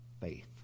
Faith